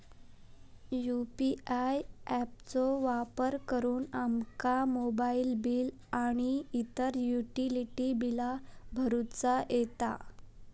UPI app चो वापर करुन आमका मोबाईल बिल आणि इतर युटिलिटी बिला भरुचा येता